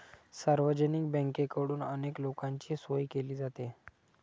सार्वजनिक बँकेकडून अनेक लोकांची सोय केली जाते